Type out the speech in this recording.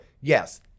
yes